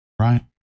right